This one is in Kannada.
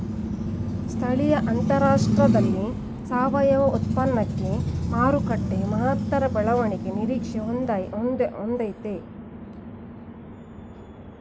ಸ್ಥಳೀಯ ಅಂತಾರಾಷ್ಟ್ರದಲ್ಲಿ ಸಾವಯವ ಉತ್ಪನ್ನಕ್ಕೆ ಮಾರುಕಟ್ಟೆ ಮಹತ್ತರ ಬೆಳವಣಿಗೆ ನಿರೀಕ್ಷೆ ಹೊಂದಯ್ತೆ